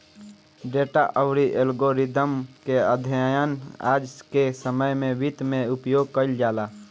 data अउरी algorithm के अध्ययन आज के समय में वित्त में उपयोग कईल जाला